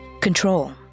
Control